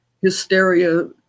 hysteria